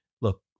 look